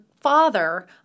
father